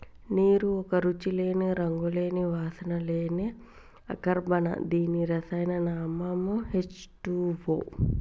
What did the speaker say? నీరు ఒక రుచి లేని, రంగు లేని, వాసన లేని అకర్బన దీని రసాయన నామం హెచ్ టూవో